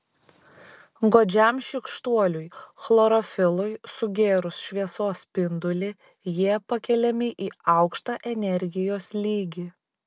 godžiam šykštuoliui chlorofilui sugėrus šviesos spindulį jie pakeliami į aukštą energijos lygį